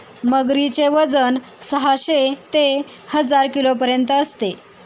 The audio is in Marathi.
मगरीचे वजन साहशे ते हजार किलोपर्यंत असते